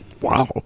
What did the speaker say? Wow